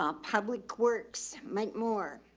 um public works. mike moore,